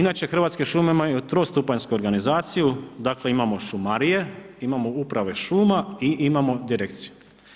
Inače Hrvatske šume imaju trostupanjsku organizaciju, dakle, imamo šumarije, imamo uprave šuma i imamo direkciju.